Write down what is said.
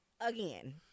again